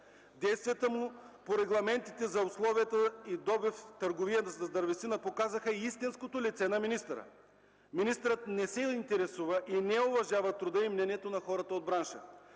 Действията му по регламентите за условията за добив и търговията с дървесина показаха истинското лице на министъра. Министърът не се интересува и не уважава труда и мнението на хората от бранша.